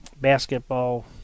basketball